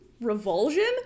revulsion